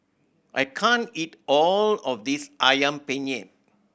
I can't eat all of this Ayam Penyet